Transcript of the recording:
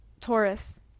Taurus